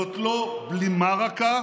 זו לא בלימה רכה,